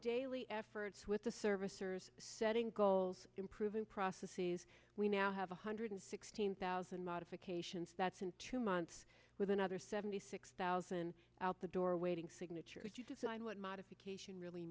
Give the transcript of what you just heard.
daily efforts with the servicers setting goals improving prophecies we now have one hundred sixteen thousand modifications that's in two months with another seventy six thousand out the door waiting signature to decide what modification really